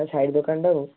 ତା ସାଇଡ଼ ଦୋକାନଟା ଆଉ